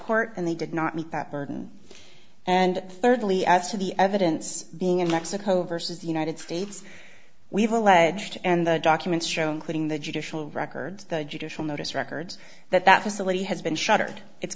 court and they did not meet that burden and thirdly as to the evidence being in mexico versus the united states we have alleged and the documents show including the judicial records the judicial notice records that that facility has been shuttered it's